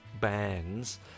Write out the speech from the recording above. bands